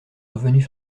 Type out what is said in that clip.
revenus